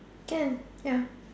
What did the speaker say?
can ya